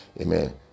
Amen